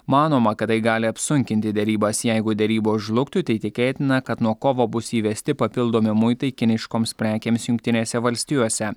manoma kad tai gali apsunkinti derybas jeigu derybos žlugtų tai tikėtina kad nuo kovo bus įvesti papildomi muitai kiniškoms prekėms jungtinėse valstijose